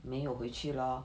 没有回去 lor